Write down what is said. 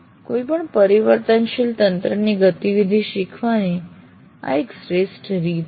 કોઈપણ પરિવર્તનશીલ તંત્રની ગતિવિધિ શીખવાની આ એક શ્રેષ્ઠ રીત છે